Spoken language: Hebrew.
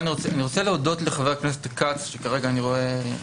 אני רוצה להודות לחה"כ כץ שכרגע אני רואה שהוא